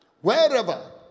wherever